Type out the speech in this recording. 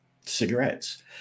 cigarettes